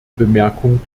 bemerkung